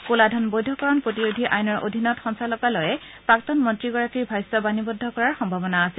কলা ধন বৈধকৰণ প্ৰতিৰোধী আইনৰ অধীনত সঞ্চালকালয়ে প্ৰাক্তন মন্ত্ৰীগৰাকীৰ ভাষ্য বাণীবদ্ধ কৰাৰ সম্ভাৱননা আছিল